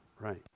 Right